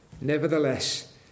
Nevertheless